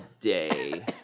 day